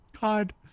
God